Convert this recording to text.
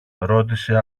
ρώτησε